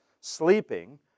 sleeping